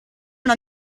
una